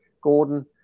Gordon